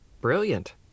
Brilliant